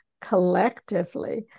collectively